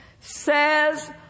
says